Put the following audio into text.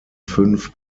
fünf